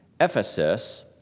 Ephesus